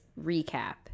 recap